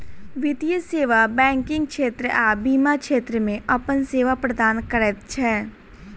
वित्तीय सेवा बैंकिग क्षेत्र आ बीमा क्षेत्र मे अपन सेवा प्रदान करैत छै